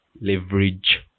leverage